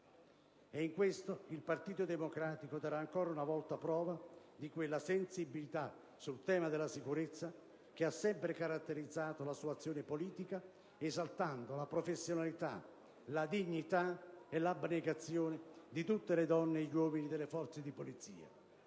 In questo, il Partito Democratico darà ancora una volta prova di quella sensibilità sul tema della sicurezza che ha sempre caratterizzato la sua azione politica, esaltando la professionalità, la dignità e l'abnegazione di tutte le donne e di tutti gli uomini delle forze di polizia.